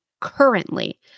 currently